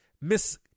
Miss